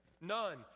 none